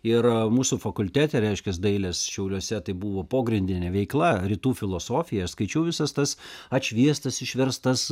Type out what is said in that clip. ir mūsų fakultete reiškias dailės šiauliuose tai buvo pogrindinė veikla rytų filosofija skaičiau visas tas atšviestas išverstas